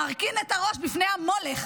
מרכין את הראש בפני המולך.